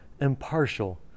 impartial